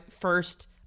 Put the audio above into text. first